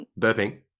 burping